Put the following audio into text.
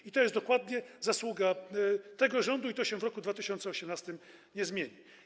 I to jest dokładnie zasługa tego rządu, i to się w roku 2018 nie zmieni.